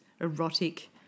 erotic